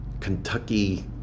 Kentucky